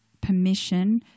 permission